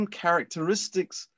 characteristics